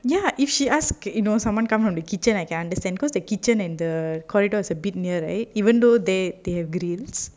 ya if she asked could you know someone come from the kitchen I can understand cause the kitchen and the corridor is a bit near right even though they they have grills